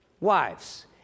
Wives